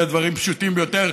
אלה דברים פשוטים ביותר.